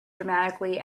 dramatically